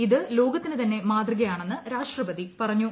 ഇത് ലോകത്തിന് തന്നെ മാതൃകയാണെന്ന് രാഷ്ട്രപതി പറഞ്ഞു